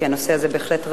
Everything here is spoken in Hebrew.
כי הנושא הזה בהחלט ראוי.